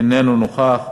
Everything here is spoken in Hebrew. אינו נוכח.